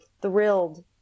thrilled